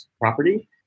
property